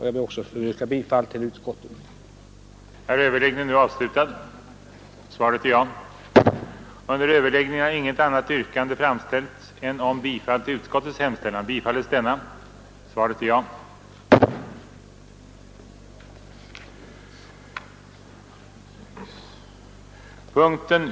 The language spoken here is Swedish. Jag ber också att få yrka bifall till utskottets förslag.